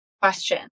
question